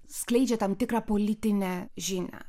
skleidžia tam tikrą politinę žinią